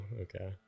Okay